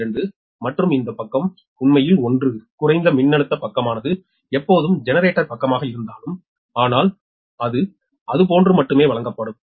2 மற்றும் இந்த பக்கம் உண்மையில் 1 குறைந்த மின்னழுத்த பக்கமானது எப்போதும் ஜெனரேட்டர் பக்கமாக இருந்தாலும் ஆனால் அது அதுபோன்று மட்டுமே வழங்கப்படும்